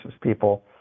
people